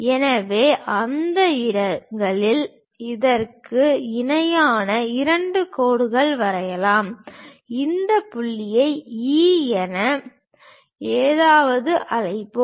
எனவே அந்த இடங்களில் இதற்கு இணையாக இரண்டு கோடுகள் வரையலாம் இந்த புள்ளியை ஈ என ஏதாவது அழைப்போம்